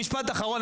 משפט אחרון,